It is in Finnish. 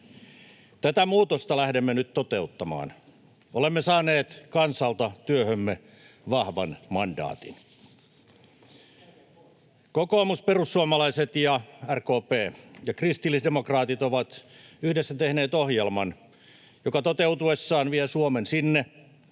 Tätä muutosta lähdemme nyt toteuttamaan. Olemme saaneet kansalta työhömme vahvan mandaatin. [Matias Mäkynen: Melkein puolet äänistä!] Kokoomus, perussuomalaiset, RKP ja kristillisdemokraatit ovat yhdessä tehneet ohjelman, joka toteutuessaan vie Suomen sinne,